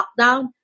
lockdown